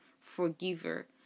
forgiver